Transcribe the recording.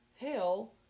hell